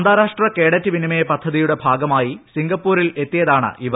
അന്താരാഷ്ട്ര കേഡറ്റ് വിനിമയ പദ്ധതിയുടെ ഭാഗമായി സിംഗപ്പൂരിൽ എത്തിയവരാണ് ഇവർ